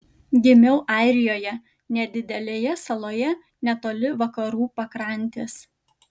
gimiau airijoje nedidelėje saloje netoli vakarų pakrantės